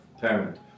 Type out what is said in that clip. parent